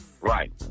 right